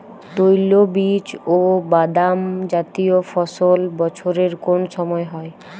তৈলবীজ ও বাদামজাতীয় ফসল বছরের কোন সময় হয়?